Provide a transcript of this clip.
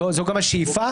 זו גם השאיפה,